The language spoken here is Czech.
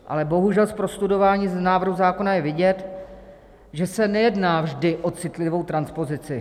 Ale bohužel, po prostudování návrhu zákona je vidět, že se nejedná vždy o citlivou transpozici.